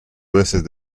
meses